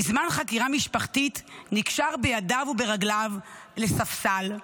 בזמן חקירה משטרתית נקשר בידיו וברגליו לספסל,